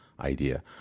idea